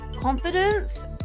confidence